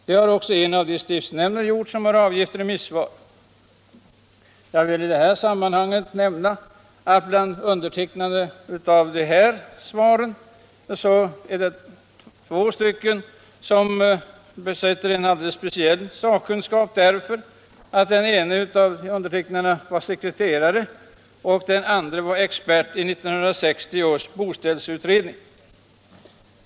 Det har också en av de stiftsnämnder gjort som avgett remissvar. Jag vill i sammanhanget påpeka att bland undertecknarna av här nämnda svar finns två personer som besitter en alldeles speciell sakkunskap: den ena var sekreterare och den andre var expert i 1960 års boställsutredning.